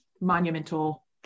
monumental